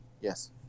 Yes